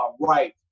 right